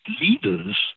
leaders